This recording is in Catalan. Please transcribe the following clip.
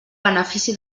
benefici